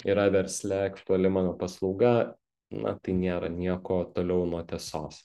yra versle aktuali mano paslauga na tai nėra nieko toliau nuo tiesos